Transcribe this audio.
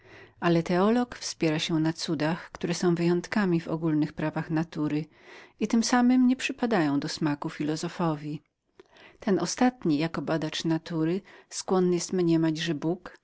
ale teolog wspiera się na cudach które są wyjątkami w ogólnych prawach natury i tem samem nie przypadają do smaku filozofowi ten ostatni jako badacz natury mniema że bóg